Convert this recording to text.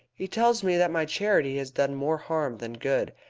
he tells me that my charity has done more harm than good,